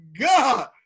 God